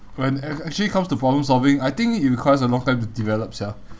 when ac~ actually comes to problem solving I think it requires a long time to develop sia